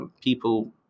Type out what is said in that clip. people